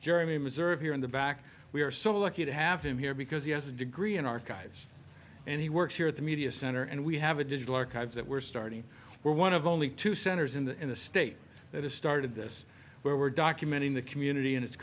missouri here in the back we are so lucky to have him here because he has a degree in archives and he works here at the media center and we have a digital archives that we're starting we're one of only two centers in the in the state that has started this where we're documenting the community and it's